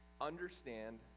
understand